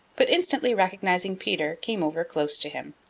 but instantly recognizing peter, came over close to him.